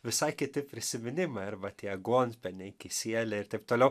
visai kiti prisiminimai arba tie aguonpieniai kisieliai ir taip toliau